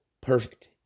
Perfect